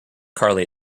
carley